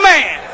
Man